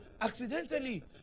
accidentally